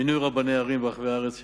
מינוי רבני ערים ברחבי הארץ,